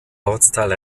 ortsteil